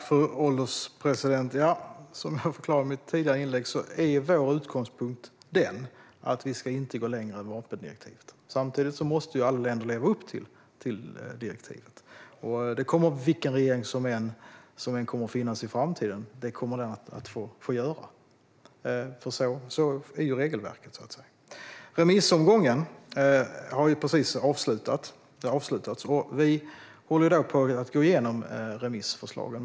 Fru ålderspresident! Som jag förklarade i mitt tidigare inlägg är vår utgångspunkt att vi inte ska gå längre än vapendirektivet. Samtidigt måste alla länder leva upp till direktivet. Det kommer vilken regering som än kommer att finnas i framtiden att få göra, för sådant är ju regelverket. Remissomgången har precis avslutats. Vi håller nu på att gå igenom remissvaren.